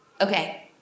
Okay